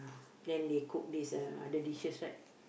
then they cook this uh other dishes right